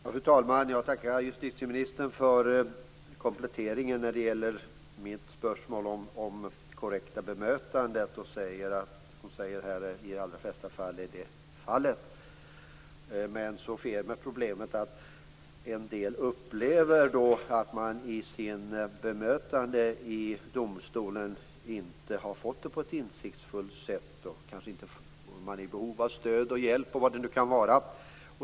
Fru talman! Jag tackar justitieministern för kompletteringen när det gäller mitt spörsmål om ett korrekt bemötande. Hon säger att det i de allra flesta fall är fallet, men att problemet är att en del upplever att de inte har bemötts på ett insiktsfullt sätt och att de är i behov av stöd och hjälp, eller vad det nu kan vara.